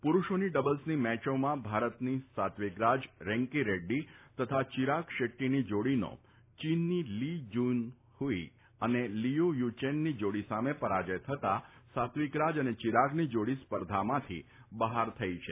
પુરૂષોની ડબલ્સની મેચોમાં ભારતની સાત્વીકરાજ રેંકીરેડ્રી તથા ચીરાગ શેટ્ટીની જાડીનો ચીનની લી જુનહુઈ તથા લીયુ યુચેનની જાડી સામે પરાજય થતા સાત્વીકરાજ અને ચીરાગની જાડી સ્પર્ધામાંથી બહાર થઈ છે